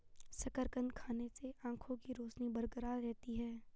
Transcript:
शकरकंद खाने से आंखों के रोशनी बरकरार रहती है